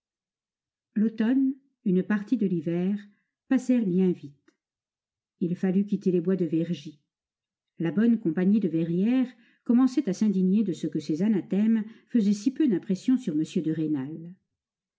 l'automne une partie de l'hiver passèrent bien vite il fallut quitter les bois de vergy la bonne compagnie de verrières commençait à s'indigner de ce que ses anathèmes faisaient si peu d'impression sur m de rênal